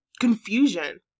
confusion